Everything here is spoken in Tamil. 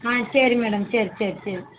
ஆ சரி மேடம் சரி சரி சரி